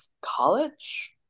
college